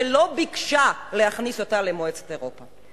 שלא ביקשה להכניס אותה למועצת אירופה.